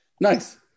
Nice